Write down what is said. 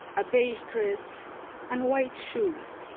a beige dress and white shoes.